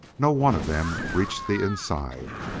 no one of them reached the inside.